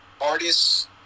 artists